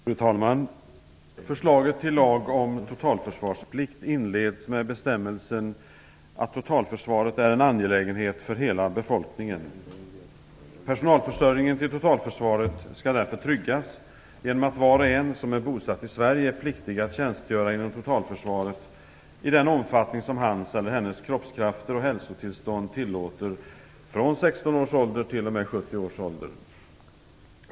Fru talman! Förslaget till lag om totalförsvarsplikt inleds med bestämmelsen att "totalförsvaret är en angelägenhet för hela befolkningen". Personalförsörjningen vid totalförsvaret skall därför tryggas genom att var och en som är bosatt i Sverige är pliktig att tjänstgöra inom totalförsvaret i den omfattning som hans eller hennes kroppskrafter och hälsotillstånd tillåter från 16 års ålder t.o.m. 70 års ålder.